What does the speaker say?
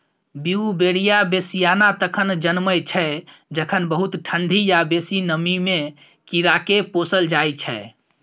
Beauveria bassiana तखन जनमय छै जखन बहुत ठंढी या बेसी नमीमे कीड़ाकेँ पोसल जाइ छै